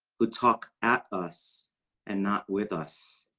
who talk at us and not with us.